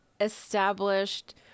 established